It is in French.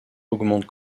augmente